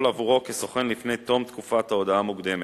עבורו כסוכן לפני תום תקופת ההודעה המוקדמת,